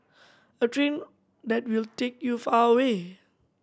a train that will take you far away